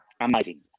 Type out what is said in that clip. amazing